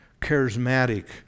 charismatic